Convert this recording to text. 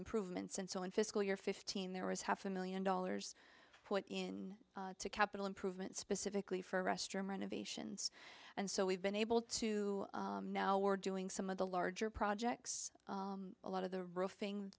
improvements and so in fiscal year fifteen there was half a million dollars put in to capital improvements specifically for restroom renovations and so we've been able to now we're doing some of the larger projects a lot of the roofing